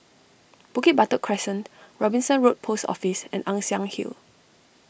Bukit Batok Crescent Robinson Road Post Office and Ann Siang Hill